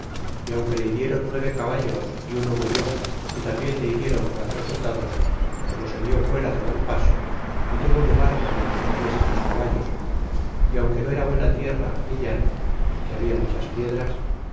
y aunque le hirieron nueve caballos y uno murió y tarnbien le hirieron quatro soldados como se vió fuera de mal paso ó tuvo lugar por donde corriesen los caballos y aunque no era buena tierra ni llano que habia muchas piedras